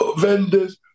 vendors